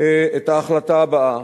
את ההחלטה הבאה: